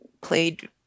played